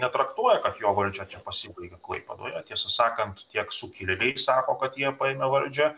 netraktuoja kad jo valdžia čia pasibaigė klaipėdoje tiesą sakant tiek sukilėliai sako kad jie paėmė valdžią